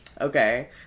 Okay